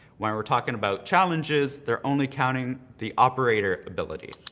when we're talking about challenges, they're only counting the operator ability.